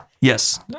Yes